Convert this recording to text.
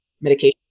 medication